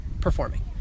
performing